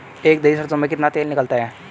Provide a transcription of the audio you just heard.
एक दही सरसों में कितना तेल निकलता है?